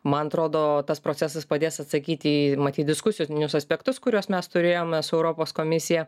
man atrodo tas procesas padės atsakyti į matyt diskusinius aspektus kuriuos mes turėjome su europos komisija